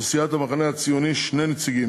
לסיעת המחנה הציוני, שני נציגים,